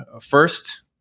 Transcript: first